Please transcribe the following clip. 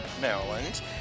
Maryland